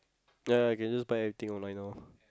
ya can just buy everything online now